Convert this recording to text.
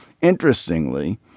Interestingly